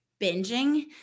binging